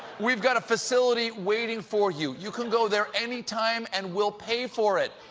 we've got a facility waiting for you. you can go there any time and we'll pay for it.